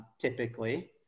typically